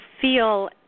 feel